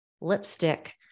lipstick